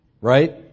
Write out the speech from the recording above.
right